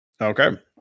Okay